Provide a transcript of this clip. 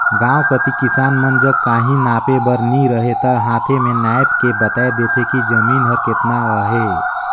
गाँव कती किसान मन जग काहीं नापे बर नी रहें ता हांथे में नाएप के बताए देथे कि जमीन हर केतना अहे